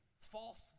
false